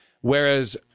Whereas